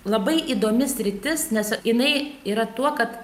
labai įdomi sritis nes jinai yra tuo kad